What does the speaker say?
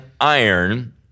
iron